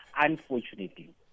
Unfortunately